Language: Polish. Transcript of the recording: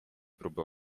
próby